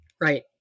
Right